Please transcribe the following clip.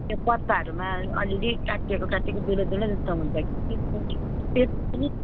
त्यो पताहरूमा अलिअलि काटिएको काटिएको दुलो दुलो जस्तो हुन्छ कि